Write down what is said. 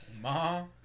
mom